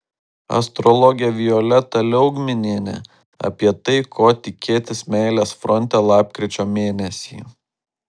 astrologė violeta liaugminienė apie tai ko tikėtis meilės fronte lapkričio mėnesį